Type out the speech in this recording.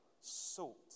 salt